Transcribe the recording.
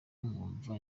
nkumva